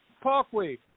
Parkway